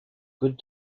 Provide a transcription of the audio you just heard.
good